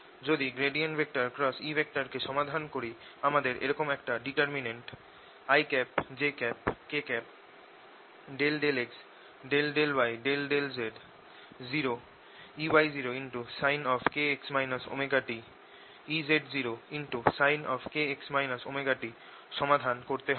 যদি E কে সমাধান করি আমাদের এরকম একটা determinant i j k ∂x ∂y ∂z 0 Ey0sin⁡kx ωt Ez0sin⁡kx ωt সমাধান করতে হবে